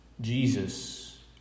Jesus